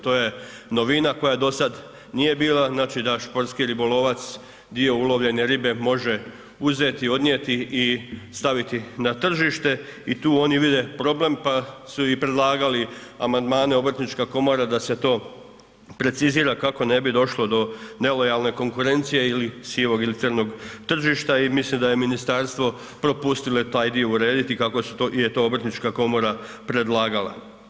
To je novina koja dosad nije bila, da športski ribolovac dio ulovljene ribe može uzeti i odnijeti i staviti na tržište i tu oni vide problem pa su i predlagali amandmane, Obrtnička komora da se to precizira kako ne bi došlo do nelojalne konkurencije ili sivog ili crnog tržišta i mislim da je ministarstvo propustilo i taj dio urediti kako je to Obrtnička komora predlagala.